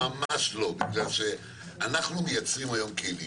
ממש לא, ממש לא, בגלל שאנחנו מייצרים היום כלים.